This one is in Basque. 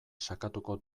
sakatuko